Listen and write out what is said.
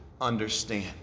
understand